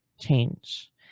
change